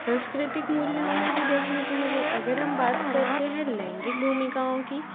संस्कृतिक मूल्यों में भी देखने को मिलें अगर हम बात करते हैं लैंगिक भूमिकाओं की